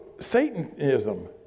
Satanism